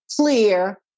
clear